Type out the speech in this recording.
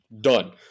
done